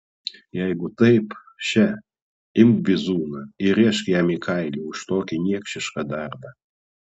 jeigu taip še imk bizūną ir rėžk jam į kailį už tokį niekšišką darbą